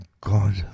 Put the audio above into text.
God